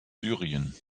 syrien